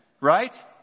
right